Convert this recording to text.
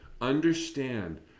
understand